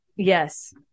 Yes